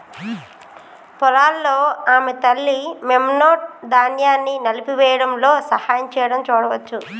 పొలాల్లో ఆమె తల్లి, మెమ్నెట్, ధాన్యాన్ని నలిపివేయడంలో సహాయం చేయడం చూడవచ్చు